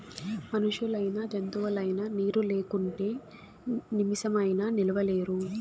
మనుషులైనా జంతువులైనా నీరు లేకుంటే నిమిసమైనా నిలువలేరు